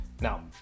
Now